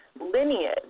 lineage